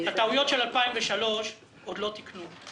את הטעויות של 2003 עוד לא תיקנו.